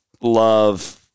love